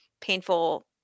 painful